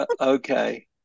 Okay